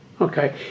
Okay